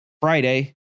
friday